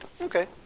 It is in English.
Okay